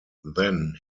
then